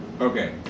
Okay